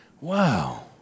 wow